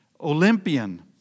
Olympian